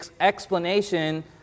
explanation